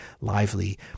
lively